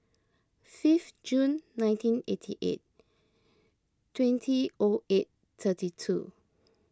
fifth Jun nineteen eighty eight twenty O eight thirty two